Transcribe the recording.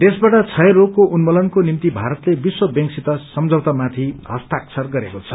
देशबाट क्षय रोगको उन्मूलनको निम्ति भारतले विश्व ब्यांकसित सम्झौतामाथि हस्ताक्षर गरेको छ